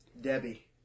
Debbie